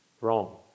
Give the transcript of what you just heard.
wrong